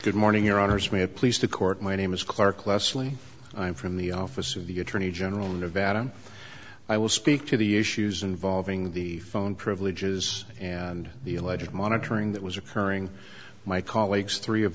good morning your honor smith pleased to court my name is clark leslie i'm from the office of the attorney general in nevada i will speak to the issues involving the phone privileges and the alleged monitoring that was occurring my colleagues three of